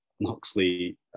Moxley